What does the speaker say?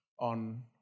on